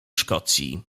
szkocji